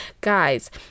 Guys